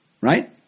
right